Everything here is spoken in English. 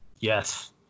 Yes